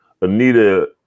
Anita